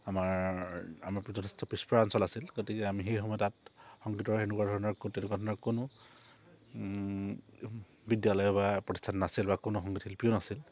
আমাৰ আমাৰ যথেষ্ট পিছপৰা অঞ্চল আছিল গতিকে আমি সেই সময়ত তাত সংগীতৰ সেনেকুৱা ধৰণৰ তেনেকুৱা ধৰণৰ কোনো বিদ্যালয় বা প্ৰতিষ্ঠান নাছিল বা কোনো সংগীত শিল্পীও নাছিল